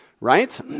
right